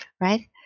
right